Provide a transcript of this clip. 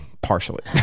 partially